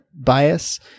bias